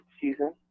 season